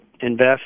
invest